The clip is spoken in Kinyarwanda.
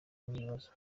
n’ibibazo